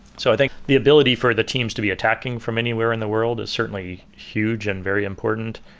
so i think the ability for the teams to be attacking from anywhere in the world is certainly huge and very important.